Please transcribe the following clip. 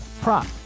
prop